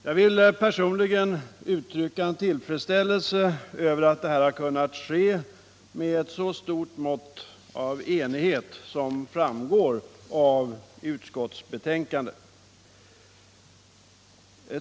Jag vill personligen uttrycka tillfredsställelse över att denna lagstiftning kunnat ske med ett så stort mått av enighet som framgår av utskottsbetänkandet.